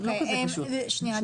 זה לא כזה פשוט, שנייה.